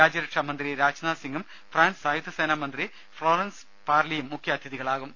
രാജ്യരക്ഷാ മന്ത്രി രാജ്നാഥ് സിംഗും ഫ്രാൻസ് സായുധ സേനാ മന്ത്രി ഫ്ലോറൻസ് പാർലിയും മുഖ്യാതിഥികളാകും